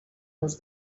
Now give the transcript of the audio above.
ous